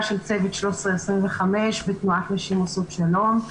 של צוות 1325 ותנועת נשים עושות שלום.